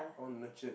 or nurtured